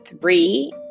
three